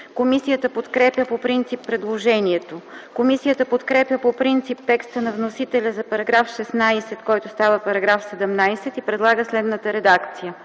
Комисията подкрепя предложението. Комисията подкрепя по принцип текста на вносителя за § 84, който става § 101, и предлага следната редакция: